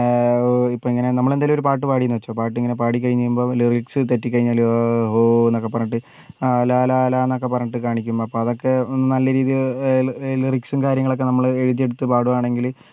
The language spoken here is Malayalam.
ഇപ്പോൾ ഇങ്ങനെ നമ്മൾ എന്തെങ്കിലും ഒരു പാട്ട് പാടി എന്ന് വെച്ചോ പാട്ട് ഇങ്ങനെ പാടി കഴിഞ്ഞു കഴിയുമ്പോൾ ലിറിക്സ് തെറ്റി കഴിഞ്ഞാൽ ആ ഓ എന്നൊക്കെ പറഞ്ഞിട്ട് ലാലാലാലാ എന്നൊക്കെ പറഞ്ഞിട്ട് കാണിക്കും അപ്പോൾ അതൊക്കെ ഒന്ന് നല്ല രീതിയിൽ ലിറിക്സും കാര്യങ്ങളൊക്കേ നമ്മൾ എഴുതിയെടുത്ത് പാടുവാണെങ്കിൽ